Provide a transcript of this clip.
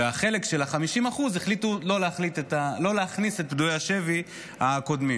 ולחלק של ה-50% החליטו לא להכניס את פדויי השבי הקודמים.